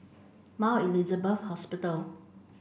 Mount Elizabeth Hospital